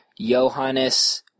Johannes